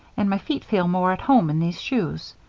and my feet feel more at home in these shoes.